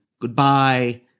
goodbye